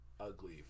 ugly